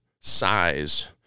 size